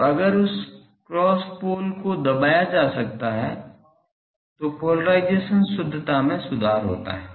तो अगर उस क्रॉस पोल को दबाया जा सकता है तो पोलेराइजेशन शुद्धता में सुधार होता है